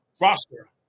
roster